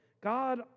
God